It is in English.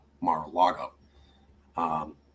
Mar-a-Lago